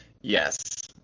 Yes